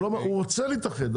הוא רוצה להתאחד,